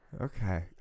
Okay